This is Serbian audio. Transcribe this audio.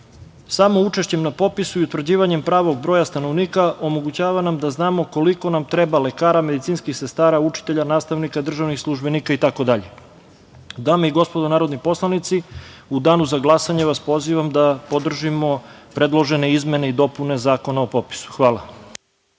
učešćem na popisu i utvrđivanjem pravog broja stanovnika omogućava nam da znamo koliko nam treba lekara, medicinskih sestara, učitelja, nastavnika, državnih službenika itd. Dame i gospodo narodni poslanici, u danu za glasanje vas pozivam da podržimo predložene izmene i dopune Zakona o popisu. Hvala.